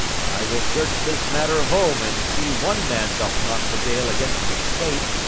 but i will search this matter home and see one man doth not prevail against the state.